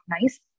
nice